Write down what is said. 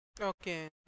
Okay